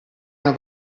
una